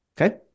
Okay